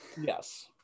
yes